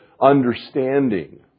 understanding